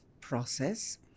process